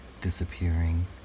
disappearing